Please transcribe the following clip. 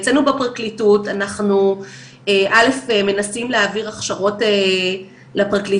אצלנו בפרקליטות אנחנו א' מנסים להעביר הכשרות לפרקליטים,